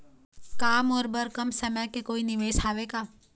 का मोर बर कम समय के कोई निवेश हावे का?